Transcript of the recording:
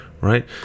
right